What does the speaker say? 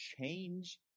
change